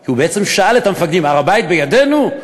כי הוא בעצם שאל את המפקדים: הר-הבית בידינו?